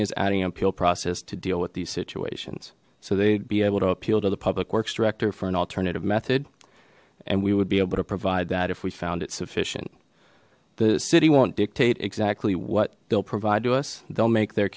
is adding an appeal process to deal with these situations so they'd be able to appeal to the public works director for an alternative method and we would be able to provide that if we found it sufficient the city won't dictate exactly what they'll provide to us they'll make their